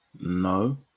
No